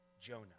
Jonah